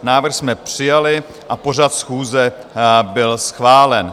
Návrh jsme přijali a pořad schůze byl schválen.